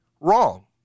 wrong